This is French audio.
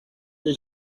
que